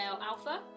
Alpha